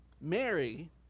Mary